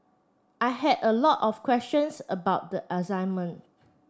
I had a lot of questions about the assignment